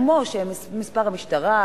כמו המספרים של המשטרה,